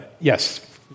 Yes